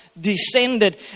descended